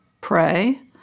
pray